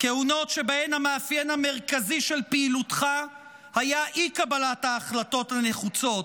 כהונות שבהן המאפיין המרכזי של פעילותך היה אי-קבלת ההחלטות הנחוצות,